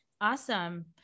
Awesome